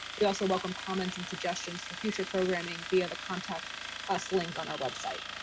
we also welcome comments and suggestions for future programming via the contact us link on our website.